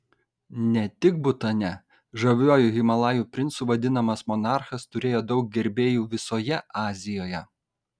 ne tik butane žaviuoju himalajų princu vadinamas monarchas turėjo daug gerbėjų visoje azijoje